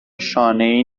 شانهای